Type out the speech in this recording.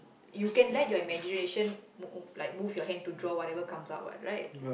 you can let your imagination move like move your hand to draw whatever comes out what right